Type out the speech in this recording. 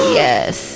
yes